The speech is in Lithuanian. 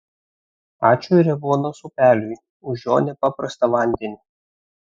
ačiū revuonos upeliui už jo nepaprastą vandenį